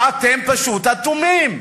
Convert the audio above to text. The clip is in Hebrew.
ואתם פשוט אטומים.